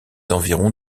environs